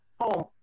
home